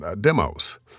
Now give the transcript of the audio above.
demos